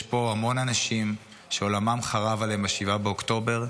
יש פה המון אנשים שעולמם חרב עליהם ב-7 באוקטובר,